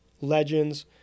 legends